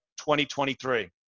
2023